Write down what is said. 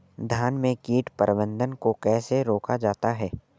धान में कीट प्रबंधन को कैसे रोका जाता है?